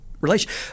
relations